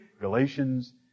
Galatians